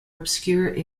obscure